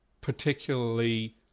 particularly